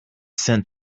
sent